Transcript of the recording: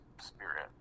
spirit